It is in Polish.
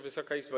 Wysoka Izbo!